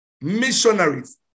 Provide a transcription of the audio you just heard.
missionaries